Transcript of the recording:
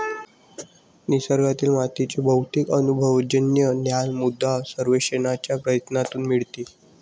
निसर्गातील मातीचे बहुतेक अनुभवजन्य ज्ञान मृदा सर्वेक्षणाच्या प्रयत्नांतून मिळते